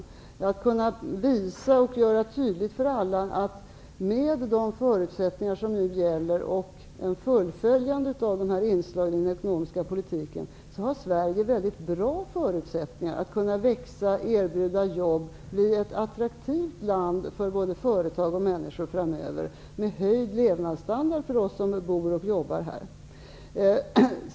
Jag har kunnat visa och göra tydligt för alla att med de förutsättningar som nu gäller och ett fullföljande av de inslagen i den ekonomiska politiken har Sverige väldigt bra förutsättningar att växa, erbjuda jobb, bli ett attraktivt land för både företag och människor framöver, med höjd levnadsstandard för oss som bor och jobbar här.